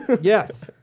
Yes